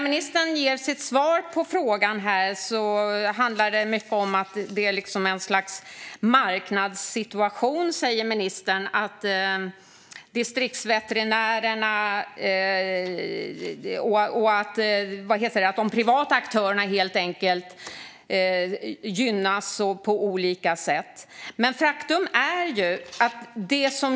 Ministerns svar på frågan handlar mycket om att det är en marknadssituation och att de privata aktörerna gynnas på olika sätt på bekostnad av distriktsveterinärerna.